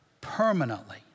permanently